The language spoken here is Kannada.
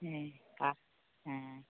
ಹ್ಞೂ ಹ್ಞೂ